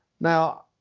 now